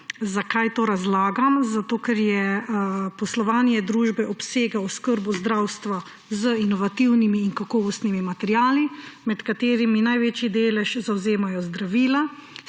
Zakaj to razlagam? Zato, ker poslovanje družbe obsega oskrbo zdravstva z inovativnimi in kakovostnimi materiali, med katerimi največji delež zavzemajo zdravila,